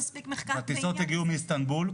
הטיסות הגיעו מאיסטנבול,